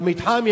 במתחם,